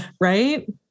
Right